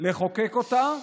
לחוקק אותה.